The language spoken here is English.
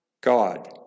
God